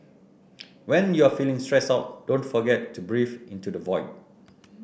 when you are feeling stressed out don't forget to breathe into the void